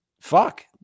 fuck